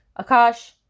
Akash